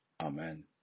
amen